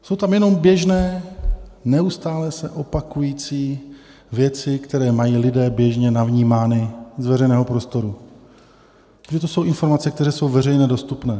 Jsou tam jenom běžné, neustále se opakující věci, které mají lidé běžně navnímány z veřejného prostoru, protože to jsou informace, které jsou veřejně dostupné.